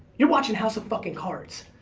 you're watching house of fucking cards.